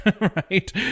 right